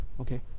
okay